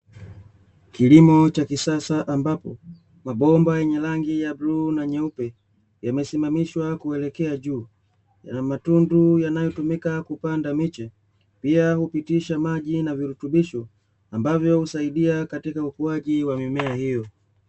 Kilimo cha kisasa ambapo mabomba yenye rangi ya bluu na nyeupe yamesimamishwa kuelekea juu, na matundu yanayotumika kupanda miche pia hupitisha maji na virutubisho ambavyo husaidia katika ukuaji wa mimea hiyo.